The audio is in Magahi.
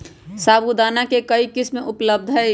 साबूदाना के कई किस्म उपलब्ध हई